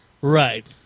right